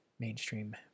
mainstream